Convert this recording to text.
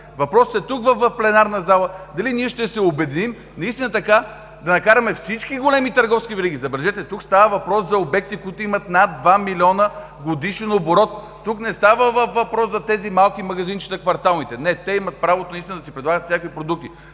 Въпросът е тук, в пленарната зала, дали ние ще се обединим наистина така да накараме всички големи търговски вериги – забележете, тук става въпрос за обекти, които имат над два милиона годишен оборот – тук не става въпрос за тези малки квартални магазинчета. Не, те имат правото наистина да си предлагат всякакви продукти,